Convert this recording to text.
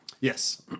Yes